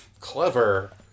clever